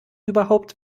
überhaupt